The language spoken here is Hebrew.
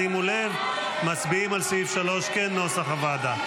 שימו לב, מצביעים על סעיף 3, כנוסח הוועדה.